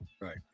right